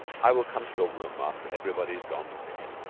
i will come to your room after everybody's gone to bed,